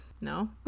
no